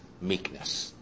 meekness